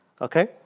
Okay